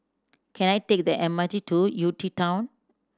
can I take the M R T to UTown